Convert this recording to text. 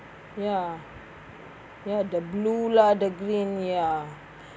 ya ya the blue lah the green ya